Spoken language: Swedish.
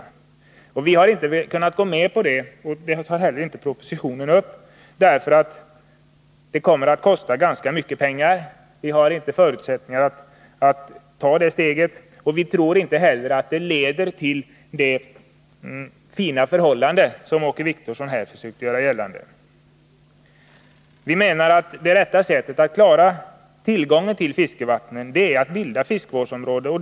Vi i majoriteten har inte kunnat gå med på en sådan inlösen, och propositionen föreslår det inte heller. En inlösen av handredskapsfisket skulle kosta mycket pengar, och vi har inte förutsättningar för att ta detta steg. Vi tror inte heller att det skulle leda till det fina förhållande som Åke Wictorsson här beskrev. Vi menar att det rätta sättet att klara frågan om tillgång till fiskevatten är att bilda fiskevårdsområden.